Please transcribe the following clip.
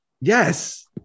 Yes